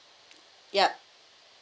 yup